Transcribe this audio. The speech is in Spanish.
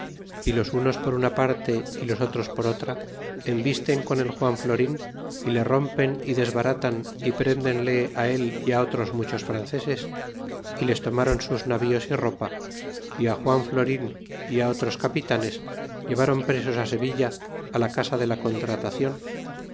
y los unos por una parte y los otros por otra envisten con e juan florin y le rompen y desbaratan y prendenle él y otros muchos franceses y les tomaron sus navíos y ropa y a juan florin y a otros capitanes llevron presos sevilla la casa de la contratacion